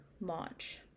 launch